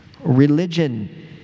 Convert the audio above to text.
Religion